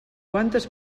quantes